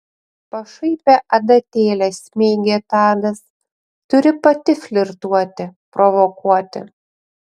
pašaipią adatėlę smeigė tadas turi pati flirtuoti provokuoti